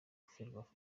ferwafa